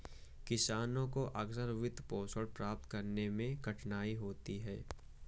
किसानों को अक्सर वित्तपोषण प्राप्त करने में कठिनाई होती है